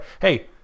hey